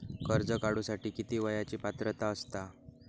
कर्ज काढूसाठी किती वयाची पात्रता असता?